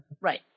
Right